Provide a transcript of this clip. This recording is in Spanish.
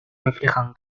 reflejan